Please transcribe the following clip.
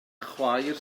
chwaer